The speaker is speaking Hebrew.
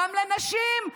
גם לנשים,